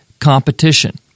competition